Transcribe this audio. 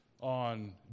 on